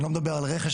אני לא מדבר על רכש,